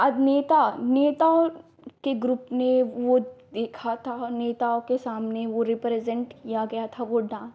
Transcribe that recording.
अभिनेता नेताओं के ग्रुप ने वह देखा था नेताओं के सामने भी रिप्रेजेन्ट किया गया था वह डान्स